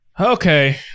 Okay